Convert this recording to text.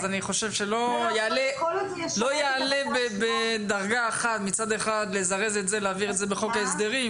אז אני חושב שלא יעלה בדרגה אחת לזרז את ההעברה של זה בחוק ההסדרים,